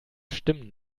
stimmen